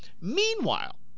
Meanwhile